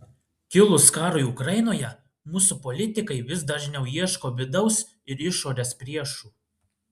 kilus karui ukrainoje mūsų politikai vis dažniau ieško vidaus ir išorės priešų